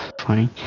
funny